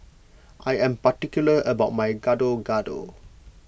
I am particular about my Gado Gado